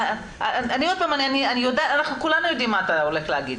אנחנו כולנו יודעים מה אתה הולך להגיד